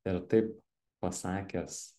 ir taip pasakęs